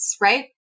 Right